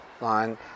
line